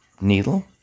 needle